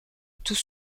tout